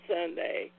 Sunday